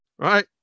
Right